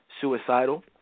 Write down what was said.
Suicidal